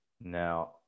now